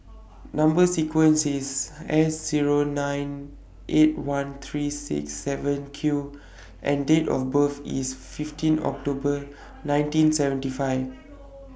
Number sequence IS S Zero nine eight one three six seven Q and Date of birth IS fifteen October nineteen seventy five